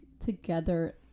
together